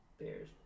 Bears